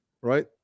right